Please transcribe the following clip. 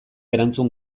erantzun